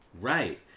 Right